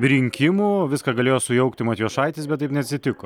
rinkimų viską galėjo sujaukti matjošaitis bet taip neatsitiko